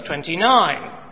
29